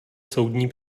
soudní